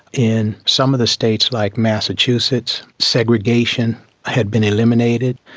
in some of the states, like massachusetts, segregation had been eliminated,